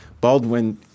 Baldwin